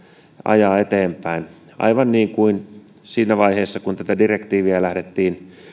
ajaa eteenpäin aivan niin kuin siinä vaiheessa kun tätä direktiiviä lähdettiin